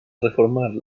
reformar